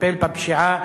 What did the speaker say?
לטפל בפשיעה,